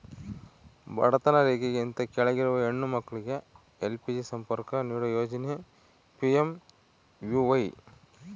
ಬಡತನ ರೇಖೆಗಿಂತ ಕೆಳಗಿರುವ ಹೆಣ್ಣು ಮಕ್ಳಿಗೆ ಎಲ್.ಪಿ.ಜಿ ಸಂಪರ್ಕ ನೀಡೋ ಯೋಜನೆ ಪಿ.ಎಂ.ಯು.ವೈ